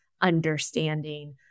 understanding